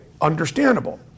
understandable